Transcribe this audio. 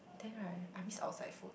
then right I miss outside food